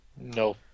No